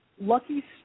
lucky